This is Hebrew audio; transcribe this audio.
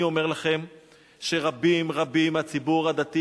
אני אומר לכם שרבים-רבים מהציבור הדתי